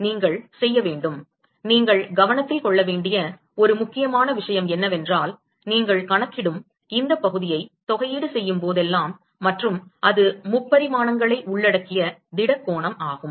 நீங்கள் செய்ய வேண்டும் நீங்கள் கவனத்தில் கொள்ள வேண்டிய ஒரு முக்கியமான விஷயம் என்னவென்றால் நீங்கள் கணக்கிடும் இந்த பகுதியை தொகையீடு செய்யும் போதெல்லாம் மற்றும் அது முப்பரிமாணங்களை உள்ளடக்கிய திடக் கோணம் ஆகும்